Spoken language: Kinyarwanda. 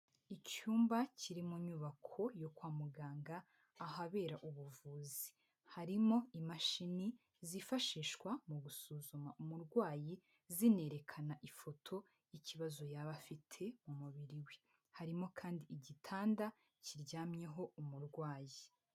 Icyumba Kiri mu inyubako yo kwa muganga, ahabera ubuvuzi ,harimo imashini zifashwa mu gusuzuma umurwayi, zinerekana ifoto y' ikibazo yaba afite. Harimo kandi igitanda kiryamyeho umurwayi.